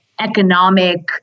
economic